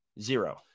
zero